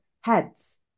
heads